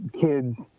kids